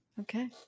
Okay